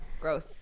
growth